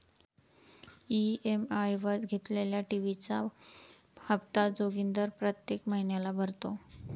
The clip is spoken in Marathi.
ई.एम.आय वर घेतलेल्या टी.व्ही चा हप्ता जोगिंदर प्रत्येक महिन्याला भरतो